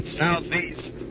southeast